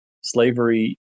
slavery